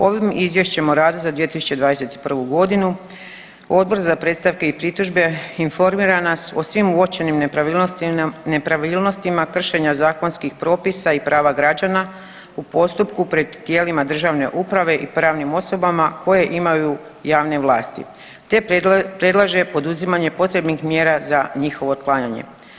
Ovim Izvješćem o radu za 2021. godinu Odbor za predstavke i pritužbe informira nas o svim uočenim nepravilnostima kršenja zakonskih propisa i prava građana u postupku pred tijelima državne uprave i pravnim osobama koje imaju javne vlasti te predlaže poduzimanje potrebnih mjera za njihovo otklanjanje.